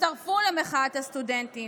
תצטרפו למחאת הסטודנטים.